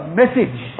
message